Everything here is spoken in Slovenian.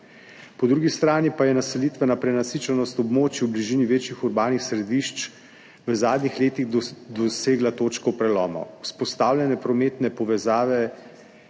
Po drugi strani pa je naselitvena prenasičenost v območju v bližini večjih urbanih središč, v zadnjih letih dosegla točko preloma. Vzpostavljene prometne povezave